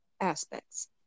aspects